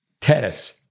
Tennis